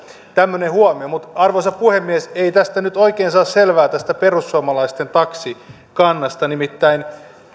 tämmöinen huomio mutta arvoisa puhemies ei nyt oikein saa selvää tästä perussuomalaisten taksikannasta nimittäin